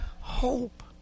hope